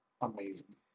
amazing